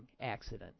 accident